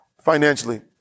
financially